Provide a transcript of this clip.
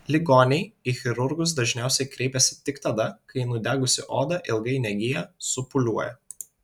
ligoniai į chirurgus dažniausiai kreipiasi tik tada kai nudegusi oda ilgai negyja supūliuoja